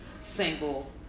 single